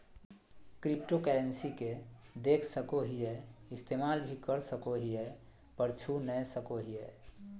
cryptocurrency के देख सको हीयै इस्तेमाल भी कर सको हीयै पर छू नय सको हीयै